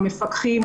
המפקחים,